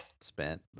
spent